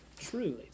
truly